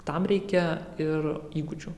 tam reikia ir įgūdžių